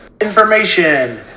Information